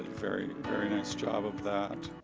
very very nice job of that.